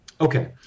Okay